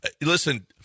listen